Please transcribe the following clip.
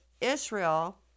Israel